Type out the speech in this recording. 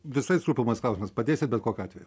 visais rūpimais klausimais padėsit bet kokiu atveju